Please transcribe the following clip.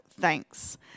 thanks